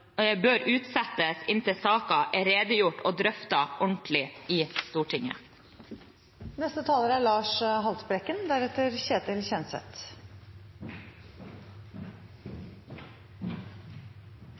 bør utsettes inntil saken er redegjort og drøftet ordentlig i